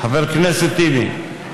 חבר כנסת טיבי?